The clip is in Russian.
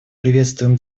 приветствуем